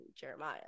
Jeremiah